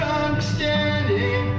understanding